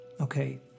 Okay